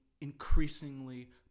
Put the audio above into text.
increasingly